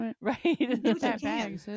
Right